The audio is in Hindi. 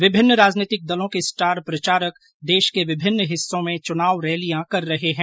विभिन्न राजनीतिक दलों के स्टार प्रचारक देश के विभिन्न हिस्सों में चुनाव रैलियां कर रहे हैं